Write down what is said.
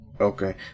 Okay